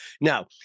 Now